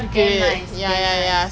damn nice damn nice